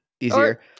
easier